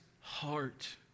heart